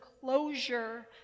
closure